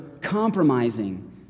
compromising